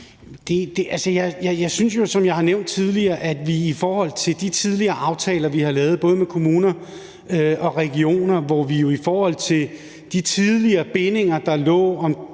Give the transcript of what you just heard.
Jeg synes jo sådan set, som jeg har nævnt tidligere, at vi i forhold til de tidligere aftaler, vi har lavet, både med kommuner og regioner, og i forhold til de tidligere bindinger, der lå om